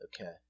Okay